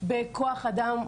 בכוח אדם,